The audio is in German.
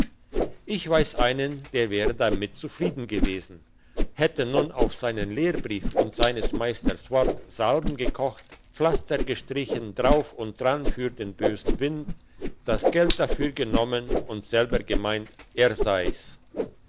ich weiss einen der wäre damit zufrieden gewesen hätte nun auf seinen lehrbrief und seines meisters wort salben gekocht pflaster gestrichen drauf und dran für den bösen wind das geld dafür genommen und selber gemeint er sei's